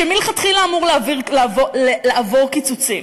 שמלכתחילה אמור לעבור קיצוצים,